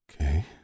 Okay